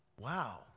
wow